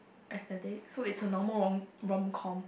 as that date so it's a normal rom~ romcom